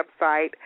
website